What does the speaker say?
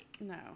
no